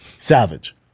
Savage